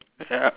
ya